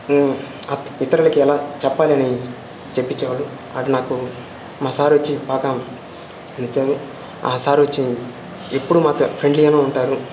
ఇతరులకి ఎలా చెప్పాలని చెప్పిచ్చేవాళ్ళు అది నాకు మా సారొచ్చి బాగా ఆ సారొచ్చి ఎప్పుడూ మాతో ఫ్రెండ్లీగానే ఉంటారు